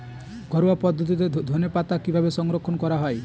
ঘরোয়া পদ্ধতিতে ধনেপাতা কিভাবে সংরক্ষণ করা হয়?